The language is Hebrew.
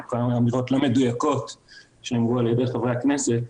אמירות לא מדויקות שנאמרו על ידי חברי הכנסת.